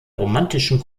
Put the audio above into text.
romantischen